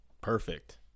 Perfect